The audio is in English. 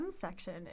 section